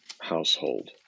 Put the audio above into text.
household